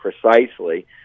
precisely